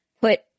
put